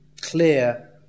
clear